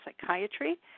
psychiatry